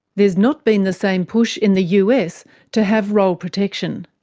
there's not been the same push in the us to have roll protection.